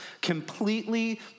completely